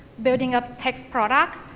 building a tech product,